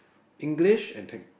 English and tech